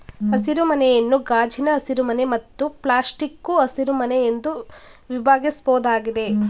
ಹಸಿರುಮನೆಯನ್ನು ಗಾಜಿನ ಹಸಿರುಮನೆ ಮತ್ತು ಪ್ಲಾಸ್ಟಿಕ್ಕು ಹಸಿರುಮನೆ ಎಂದು ವಿಭಾಗಿಸ್ಬೋದಾಗಿದೆ